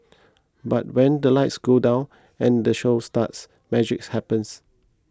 but when the lights go down and the show starts magics happens